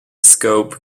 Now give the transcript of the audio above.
scope